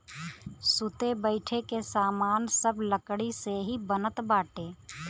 सुते बईठे के सामान सब लकड़ी से ही बनत बाटे